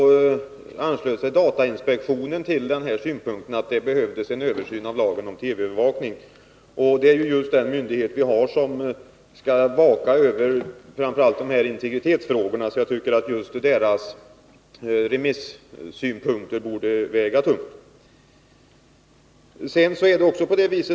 a. anslöt sig datainspektionen till den synpunkten, och det är just den myndighet som skall vaka över framför allt integritetsfrågorna. Jag tycker att datainspektionens synpunkter borde väga tungt.